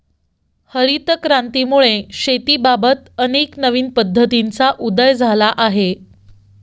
हरित क्रांतीमुळे शेतीबाबत अनेक नवीन पद्धतींचा उदय झाला आहे